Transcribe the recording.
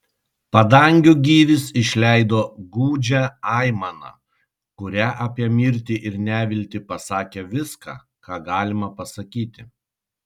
padangių gyvis išleido gūdžią aimaną kuria apie mirtį ir neviltį pasakė viską ką galima pasakyti